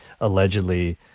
Allegedly